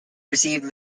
received